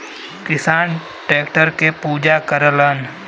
किसान टैक्टर के पूजा करलन